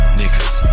niggas